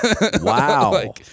Wow